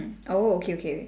mm oh okay okay